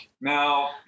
Now